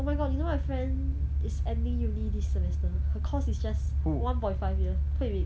oh my god you know my friend is ending uni this semester her course is just one point five year hui min